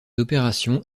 opérations